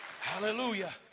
Hallelujah